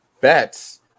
bets